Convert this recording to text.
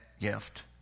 gift